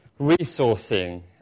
resourcing